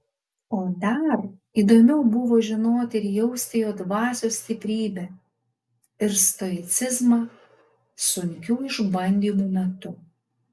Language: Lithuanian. o dar įdomiau buvo žinoti ir jausti jo dvasios stiprybę ir stoicizmą sunkių išbandymų metu